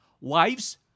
wives